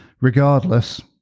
regardless